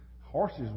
horses